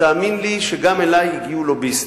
ותאמין לי שגם אלי הגיעו לוביסטים,